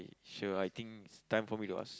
sure I think time for me to ask